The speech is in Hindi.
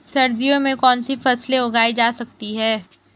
सर्दियों में कौनसी फसलें उगाई जा सकती हैं?